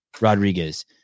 Rodriguez